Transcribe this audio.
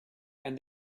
and